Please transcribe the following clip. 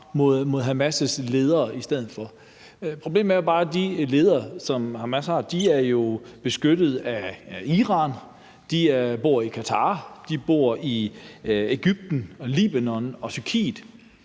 mod Hamas' ledere. Problemet er bare, at de ledere, som Hamas har, jo er beskyttet af Iran; de bor i Qatar; de bor i Egypten og Libanon og Tyrkiet.